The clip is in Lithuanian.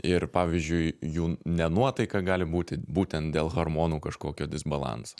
ir pavyzdžiui jų nenuotaika gali būti būtent dėl hormonų kažkokio disbalanso